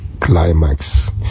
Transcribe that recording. climax